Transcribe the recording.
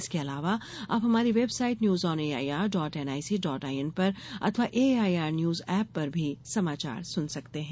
इसके अलावा आप हमारी website news on A I R dot N I C dot I N पर अथवा A I R news app पर भी समाचार सुन सकते हैं